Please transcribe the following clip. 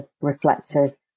reflective